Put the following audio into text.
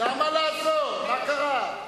מה קרה?